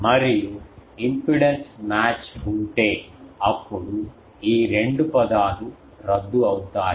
మరియు impedance match ఉంటే అప్పుడు ఈ రెండు పదాలు రద్దు అవుతాయి